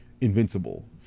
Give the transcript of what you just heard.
Invincible